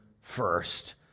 first